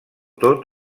tot